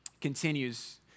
Continues